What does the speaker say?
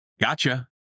Gotcha